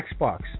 Xbox